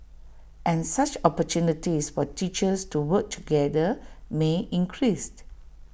and such opportunities for teachers to work together may increased